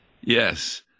Yes